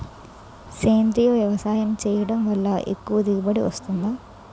సేంద్రీయ వ్యవసాయం చేయడం వల్ల ఎక్కువ దిగుబడి వస్తుందా?